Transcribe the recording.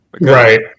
right